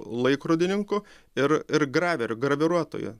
laikrodininku ir ir graveriu graviruotoju